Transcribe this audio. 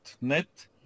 net